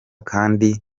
kandi